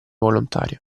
volontario